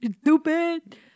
Stupid